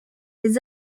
les